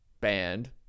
band